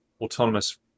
autonomous